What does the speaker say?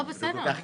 בסדר,